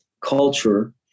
culture